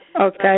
Okay